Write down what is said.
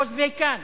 because they can,